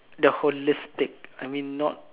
the holistic I mean not